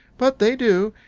but they do,